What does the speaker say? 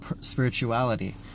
spirituality